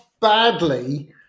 badly